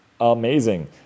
amazing